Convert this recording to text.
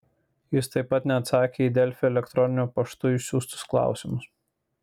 jis taip pat neatsakė į delfi elektroniniu paštu išsiųstus klausimus